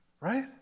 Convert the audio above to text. right